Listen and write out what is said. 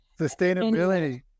Sustainability